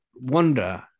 wonder